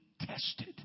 tested